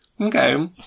Okay